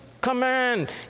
command